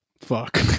fuck